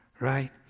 Right